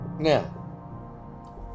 Now